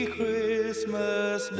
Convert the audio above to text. Christmas